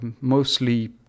mostly